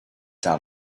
dot